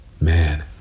Man